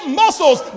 muscles